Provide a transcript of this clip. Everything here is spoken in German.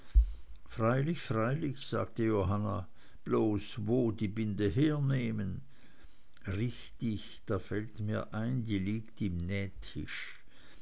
freilich freilich sagte johanna bloß wo die binde hernehmen richtig da fällt mir ein die liegt im